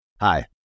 Hi